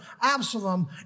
Absalom